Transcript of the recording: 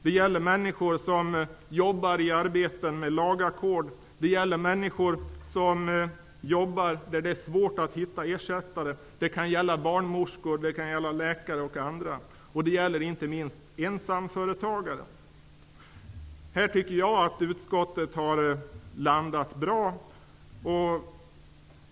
Det gäller människor som har arbeten med lagackord, det gäller människor som jobbar där det är svårt att hitta ersättare. Det kan gälla barnmorskor, läkare och andra. Det gäller inte minst ensamföretagare. Här tycker jag att utskottet har stannat för ett bra förslag.